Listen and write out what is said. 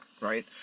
right